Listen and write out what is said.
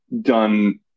done